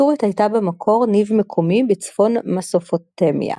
הסורית הייתה במקור ניב מקומי בצפון מסופוטמיה.